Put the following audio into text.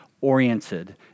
oriented